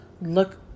look